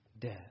death